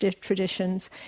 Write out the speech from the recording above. traditions